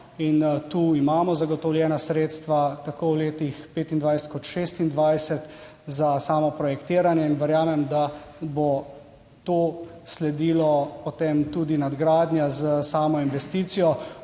in tu imamo zagotovljena sredstva, tako v letih 2025 kot 2026 za samo projektiranje in verjamem, da bo to sledilo potem tudi nadgradnja s samo investicijo.